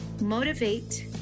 motivate